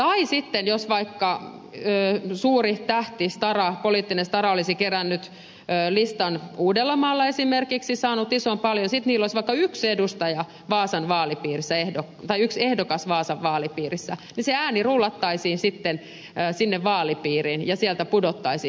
tai sitten jos vaikka suuri tähti stara poliittinen stara olisi kerännyt listan uudellamaalla esimerkiksi saanut paljon ääniä ja sitten listalla olisi vaikka yksi ehdokas vaasan vaalipiirissä niin ne äänet rullattaisiin sitten sinne vaalipiiriin ja sieltä pudottaisivat jonkun